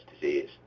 disease